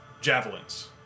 javelins